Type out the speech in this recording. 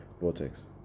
Vortex